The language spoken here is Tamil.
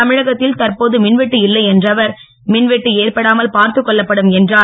தமிழகத்தில் தற்போது மின்வெட்டு இல்லை என்ற அவர் மின்வெட்டு ஏற்படாமல் பார்த்துக்கொள்ளப் படும் என்றர்